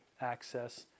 access